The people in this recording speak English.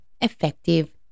effective